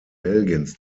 belgiens